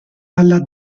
alla